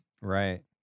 Right